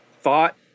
thought